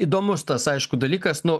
įdomus tas aišku dalykas nu